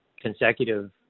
consecutive